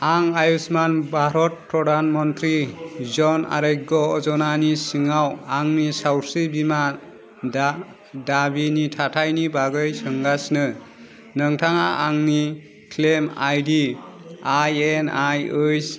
आं आयुष्मान भारत प्रधान मन्त्रि जन आरायग्ग' अजनानि सिङाव आंनि सावस्रि बिमा दा दाबिनि थाथायनि बागै सोंगासिनो नोंथाङा आंनि क्लेम आइदि आइएनआइओइस